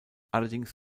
allerdings